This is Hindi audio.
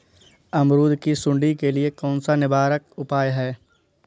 अमरूद की सुंडी के लिए कौन सा निवारक उपाय है?